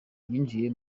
yinjiye